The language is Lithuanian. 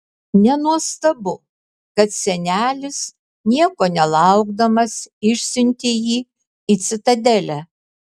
nenuostabu kad senelis nieko nelaukdamas išsiuntė jį į citadelę